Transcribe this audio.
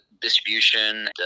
distribution